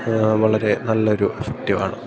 വളരെ നല്ല ഒരു എഫക്റ്റീവ് ആണ്